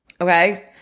Okay